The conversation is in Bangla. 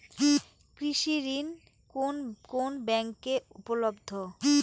কৃষি ঋণ কোন কোন ব্যাংকে উপলব্ধ?